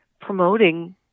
promoting